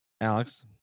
Alex